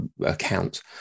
account